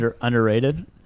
Underrated